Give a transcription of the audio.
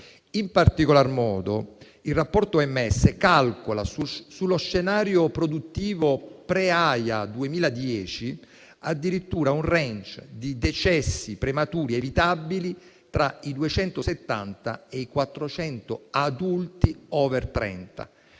mondiale della sanità calcola sullo scenario produttivo pre-AIA 2010 addirittura un *range* di decessi prematuri evitabili tra i 270 e i 400 adulti *over* 30;